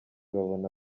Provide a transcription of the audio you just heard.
babona